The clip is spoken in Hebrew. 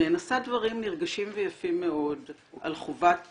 ונשא דברים נרגשים ויפים מאוד על חובת